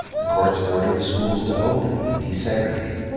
the courts order the schools to open and desegregate.